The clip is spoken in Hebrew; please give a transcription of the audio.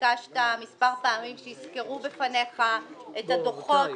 ביקשת מספר פעמים שיסקרו בפניך את הדוחות